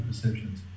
perceptions